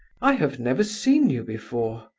i have never seen you before!